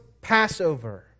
Passover